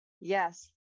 yes